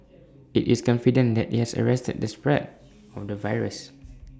IT is confident that IT has arrested the spread of the virus